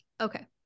okay